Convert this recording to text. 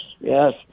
Yes